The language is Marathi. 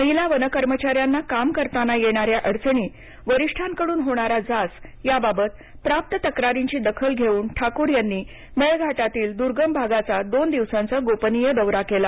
महिला वनकर्मचाऱ्यांना काम करताना येणाऱ्या अडचणी वरिष्ठांकडून होणारा जाच याबाबत प्राप्त तक्रारींची दखल घेऊन ठाकूर यांनी मेळघाटातील द्र्गम भागाचा दोन दिवस गोपनीय दौरा केला